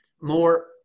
more